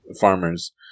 farmers